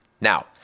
Now